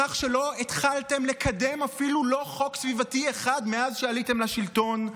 בכך שלא התחלתם לקדם אפילו חוק סביבתי אחד מאז שעליתם לשלטון?